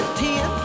ten